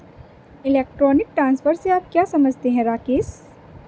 Electronic transfer से आप क्या समझते हैं, राकेश?